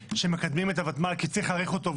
שמקדמים את הוותמ"ל כי צריך להאריך אותו,